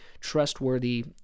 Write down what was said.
trustworthy